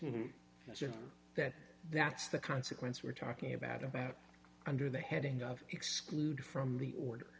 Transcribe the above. rate that that's the consequence we're talking about about under the heading of excluded from the order